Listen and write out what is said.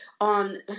on